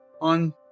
on